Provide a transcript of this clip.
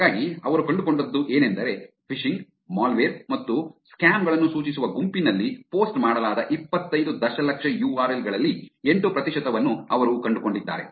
ಹಾಗಾಗಿ ಅವರು ಕಂಡುಕೊಂಡದ್ದು ಏನೆಂದರೆ ಫಿಶಿಂಗ್ ಮಾಲ್ವೇರ್ ಮತ್ತು ಸ್ಕ್ಯಾಮ್ ಗಳನ್ನು ಸೂಚಿಸುವ ಗುಂಪಿನಲ್ಲಿ ಪೋಸ್ಟ್ ಮಾಡಲಾದ ಇಪ್ಪತ್ತೈದು ದಶಲಕ್ಷ ಯು ಆರ್ ಎಲ್ ಗಳಲ್ಲಿ ಎಂಟು ಪ್ರತಿಶತವನ್ನು ಅವರು ಕಂಡುಕೊಂಡಿದ್ದಾರೆ